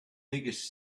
biggest